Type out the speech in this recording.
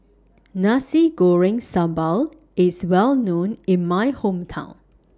Nasi Goreng Sambal IS Well known in My Hometown